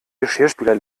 geschirrspüler